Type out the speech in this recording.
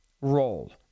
roll